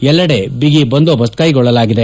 ಎಲ್ಲೆಡೆ ಬಿಗಿ ಬಂದೋಬಸ್ತ್ ಕೈಗೊಳ್ಳಲಾಗಿದೆ